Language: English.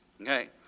Okay